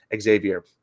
Xavier